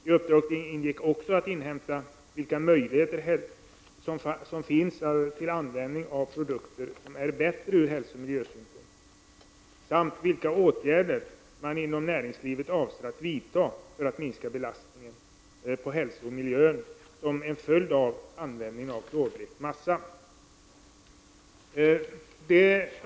I uppdraget ingick också att undersöka vilka möjligheter som finns till användning av produkter som är bättre ur hälsooch miljösynpunkt samt vilka åtgärder man inom näringslivet avser att vidta för att minska belastningen på hälsa och miljö som en följd av användningen av klorblekt massa.